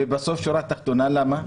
ובסוף, בשורה התחתונה, למה?